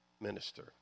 minister